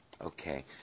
Okay